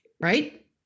right